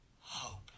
Hope